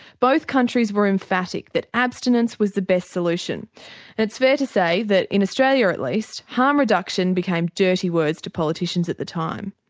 both countries were emphatic that abstinence was the best solution and it's fair to say that in australia at least harm reduction became dirty words to politicians at the time.